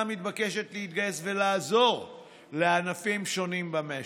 מתבקשת להתגייס ולעזור לענפים שונים במשק.